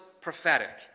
prophetic